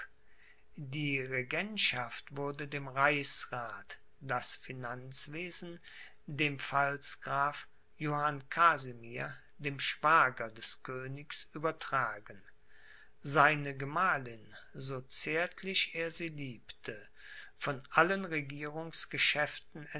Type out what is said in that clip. die regentschaft wurde dem reichsrath das finanzwesen dem pfalzgrafen johann casimir dem schwager des königs übertragen seine gemahlin so zärtlich er sie liebte von allen